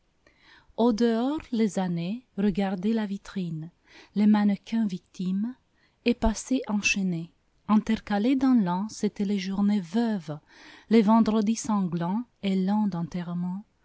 au dehors les années regardaient la vitrine les mannequins victimes et passaient enchaînées intercalées dans l'an c'étaient les journées veuves les vendredis sanglants et lents d'enterrements